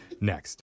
next